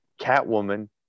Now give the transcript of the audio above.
Catwoman